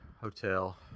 hotel